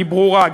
היא ברורה.